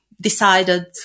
decided